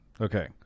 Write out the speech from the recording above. Okay